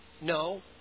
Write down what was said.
No